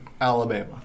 Alabama